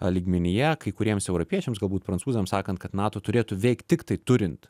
lygmenyje kai kuriems europiečiams galbūt prancūzams sakant kad nato turėtų veikt tiktai turint